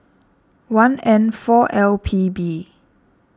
one N four L P B